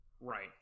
right